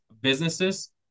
businesses